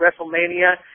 WrestleMania